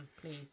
please